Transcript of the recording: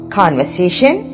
conversation